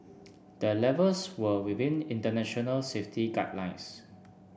the levels were within international safety guidelines